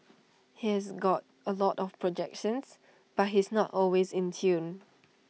he's got A lot of projections but he's not always in tune